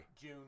June